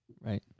Right